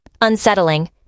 unsettling